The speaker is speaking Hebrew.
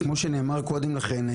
אז כמו שנאמר קודם לכן,